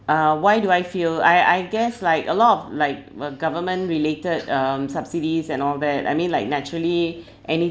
uh why do I feel I I guess like a lot of like uh government related um subsidies and all that I mean like naturally any